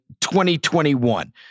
2021